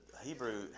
Hebrew